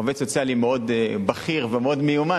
עובד סוציאלי מאוד בכיר ומאוד מיומן,